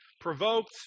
provoked